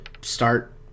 start